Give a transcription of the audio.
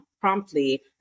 promptly